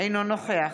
אינו נוכח